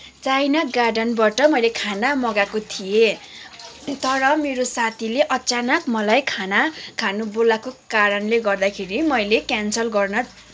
China गार्डनबाट मैले खाना मगाएको थिएँ तर मेरो साथीले अचानक मलाई खाना खानु बोलाएको कारणले गर्दाखेरि मैले क्यान्सल गर्न